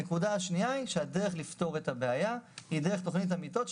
הנקודה השנייה היא שהדרך לפתור את הבעיה היא דרך תוכנית המיטות,